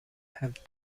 have